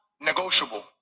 negotiable